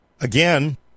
again